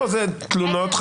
תלונות.